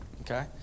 Okay